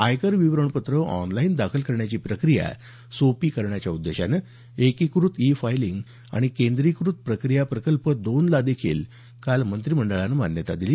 आयकर कर विवरण पत्र ऑनलाईन दाखल करण्याची प्रक्रिया सोपी करण्याच्या उद्देशानं एकीकृत ई फाईलिंग आणि केंद्रीकृत प्रक्रिया प्रकल्प दोन ला देखील काल मंत्रिमंडळानं मान्यता दिली